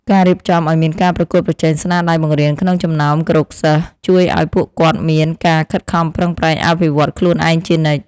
ការរៀបចំឱ្យមានការប្រកួតប្រជែងស្នាដៃបង្រៀនក្នុងចំណោមគរុសិស្សជួយឱ្យពួកគាត់មានការខិតខំប្រឹងប្រែងអភិវឌ្ឍខ្លួនឯងជានិច្ច។